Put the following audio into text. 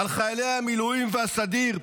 על חיילי המילואים והסדיר,